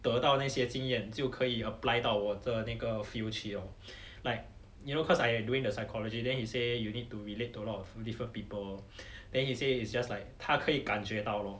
得到哪些经验就可以 apply 到我的那个 field 去 lor like you know cause I doing the psychology then he say you need to relate to a lot of different people then he say it's just like 他可以感觉到 lor